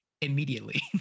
immediately